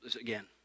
Again